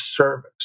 service